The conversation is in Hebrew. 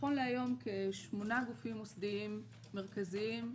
כשמונה גופים מוסדיים מרכזיים,